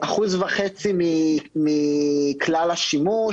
1.5% מכלל השימוש.